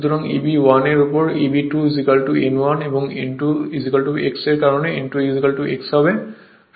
সুতরাং তাই Eb 1 এর উপর Eb 2 n 1 এবং n 2 x এর কারণে n 2 x হবে